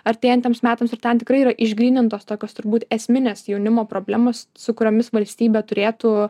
artėjantiems metams ir ten tikrai yra išgrynintos tokios turbūt esminės jaunimo problemos su kuriomis valstybė turėtų